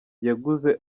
yaguze